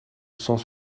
cent